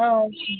ஆ okay